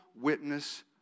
witness